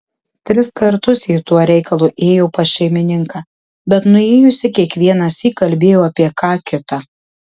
tris kartus ji tuo reikalu ėjo pas šeimininką bet nuėjusi kiekvienąsyk kalbėjo apie ką kita